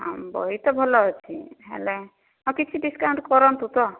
ହଁ ବହି ତ ଭଲ ଅଛି ହେଲେ ଆଉ କିଛି ଡ଼ିସ୍କାଉଣ୍ଟ କରନ୍ତୁ ତ